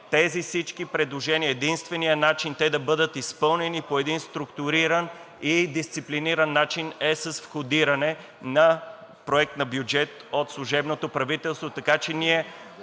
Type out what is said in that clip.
Тези всички предложения, единственият начин те да бъдат изпълнени по един структуриран и дисциплиниран начин е с входиране на Проект на бюджет от служебното правителство.